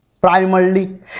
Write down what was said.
primarily